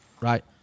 right